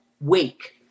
wake